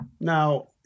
Now